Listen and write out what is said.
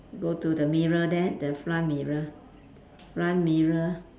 go to the mirror there the front mirror front mirror